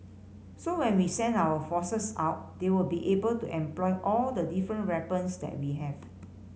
so when we send our forces out they will be able to employ all the different weapons that we have